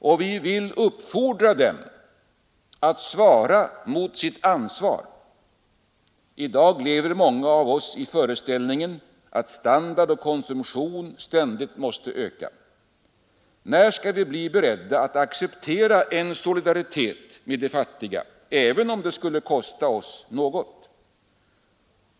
Och vi vill uppfordra dem att svara mot sitt ansvar. I dag lever många av oss i föreställningen att standard och konsumtion ständigt måste öka. När skall vi bli beredda att acceptera en solidaritet med de fattiga även om det skulle kosta oss något?